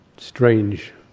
Strange